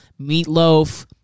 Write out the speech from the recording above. meatloaf